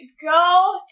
go